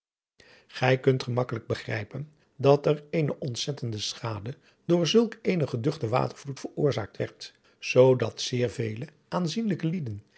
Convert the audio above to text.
gij kunt gemakkelijk begrijpen dat er eene ontzettende schade door zulk eenen geduchten watervloed veroorzaakt werd zoo dat zeer vele aanzienlijke lieden